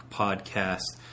podcast